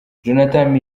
jonathan